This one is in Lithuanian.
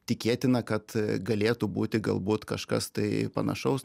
tikėtina kad galėtų būti galbūt kažkas tai panašaus